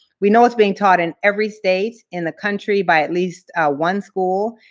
we know it's being taught in every state in the country by at least one school,